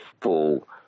full